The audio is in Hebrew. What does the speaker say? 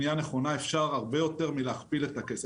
אפשר הרבה יותר מלהכפיל את הכסף.